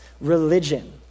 Religion